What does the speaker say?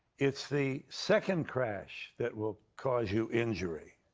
its the second crash that will cause you injury.